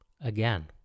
Again